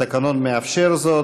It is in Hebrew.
והתקנון מאפשר זאת.